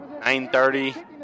9.30